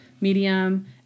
Medium